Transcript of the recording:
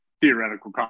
theoretical